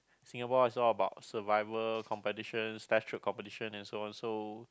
Singapore is all about survival competition slash throat competition and so and so